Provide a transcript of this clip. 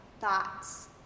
thoughts